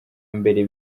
mbere